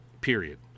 period